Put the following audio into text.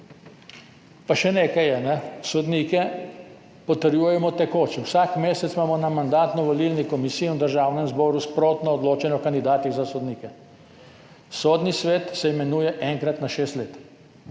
Pa še nekaj je. Sodnike potrjujemo tekoče, vsak mesec imamo na Mandatno-volilni komisiji in v Državnem zboru sprotno odločanje o kandidatih za sodnike, Sodni svet se imenuje enkrat na šest let.